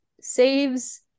saves